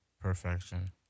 perfection